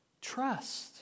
trust